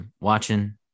Watching